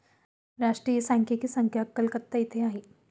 राष्ट्रीय सांख्यिकी संस्था कलकत्ता येथे आहे